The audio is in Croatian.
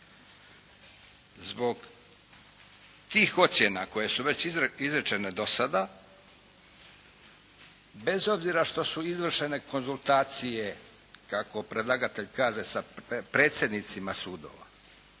Zbog tih ocjena koje su već izrečene do sada bez obzira što su izvršene konzultacije kako predlagatelj kaže sa predsjednicima sudova.